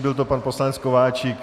Byl to pan poslanec Kováčik.